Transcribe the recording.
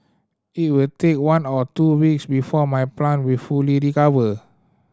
it will take one or two weeks before my plant will fully recover